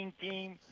team